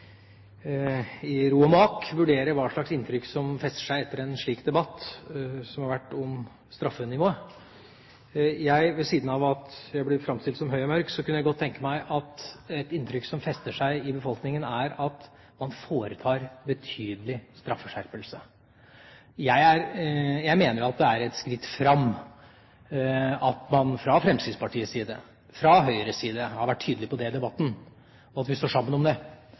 i ro og mak vurdere hva slags inntrykk som fester seg etter en slik debatt om straffenivået. Ved siden av at jeg blir framstilt som høy og mørk kunne jeg godt tenke meg at et inntrykk som fester seg i befolkningen, er at man foretar en betydelig straffeskjerpelse. Jeg mener det er et framskritt at man fra Fremskrittspartiets side, fra Høyres side, har vært tydelig på det i debatten, og at vi står sammen om det.